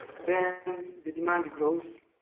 than the demand grows.